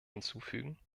hinzufügen